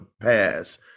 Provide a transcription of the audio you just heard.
pass –